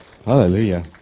Hallelujah